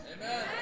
Amen